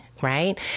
right